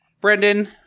Brendan